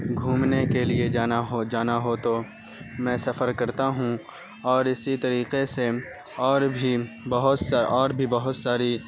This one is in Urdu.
گھومنے کے لیے جانا ہو جانا ہو تو میں سفر کرتا ہوں اور اسی طریقے سے اور بھی بہت اور بھی بہت ساری